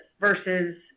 versus